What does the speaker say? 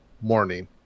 morning